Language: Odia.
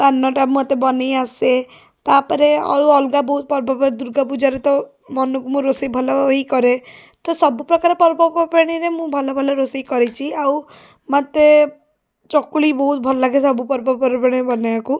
ପାନଟା ମୋତେ ବନେଇ ଆସେ ତା'ପରେ ଆଉ ଅଲଗା ବହୁ ପର୍ବ ଆଉ ଦୂର୍ଗାପୂଜାରେ ତ ମନକୁ ମୁଁ ରୋଷେଇ ଭଲ ହିଁ କରେ ତ ସବୁପ୍ରକାର ପର୍ବପର୍ବାଣିରେ ମୁଁ ଭଲଭଲ ରୋଷେଇ କରିଛି ଆଉ ମୋତେ ଚକୁଳି ବହୁତ ଭଲ ଲାଗେ ସବୁ ପର୍ବପର୍ବାଣିରେ ବନେଇବାକୁ